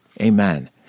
Amen